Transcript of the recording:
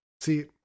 See